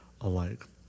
alike